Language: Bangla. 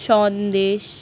সন্দেশ